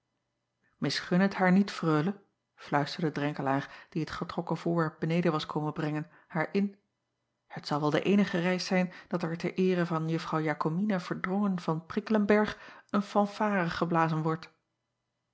isgun het haar niet reule fluisterde renkelaer die het getrokken voorwerp beneden was komen brengen haar in het zal wel de eenige reis zijn dat er ter eere van uffrouw akomina erdrongen van rikkelenberg een fanfare geblazen wordt